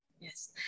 yes